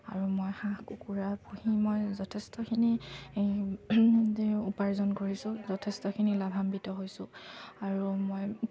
আৰু মই হাঁহ কুকুৰা পুহি মই যথেষ্টখিনি উপাৰ্জন কৰিছোঁ যথেষ্টখিনি লাভান্বিত হৈছোঁ আৰু মই